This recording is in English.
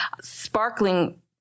Sparkling